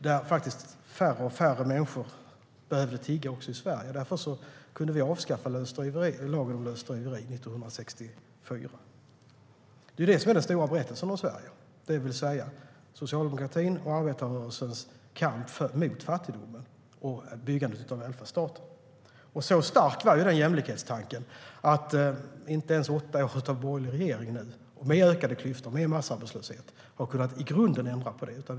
Eftersom färre och färre människor i Sverige behövde tigga kunde vi avskaffa lagen om lösdriveri 1964. Det är den stora berättelsen om Sverige: socialdemokratins och arbetarrörelsens kamp mot fattigdomen. Jämlikhetstanken är så stark att inte ens åtta år med borgerlig regering och ökade klyftor och massarbetslöshet har kunnat ändra på det i grunden.